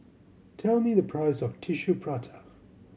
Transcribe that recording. tell me the price of Tissue Prata